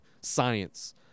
science